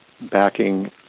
backing